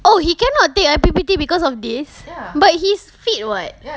oh he cannot take I_P_P_T because of this but he's fit [what]